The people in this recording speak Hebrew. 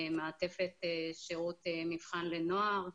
מעטפת שירות מבחן לנוער.